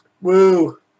Woo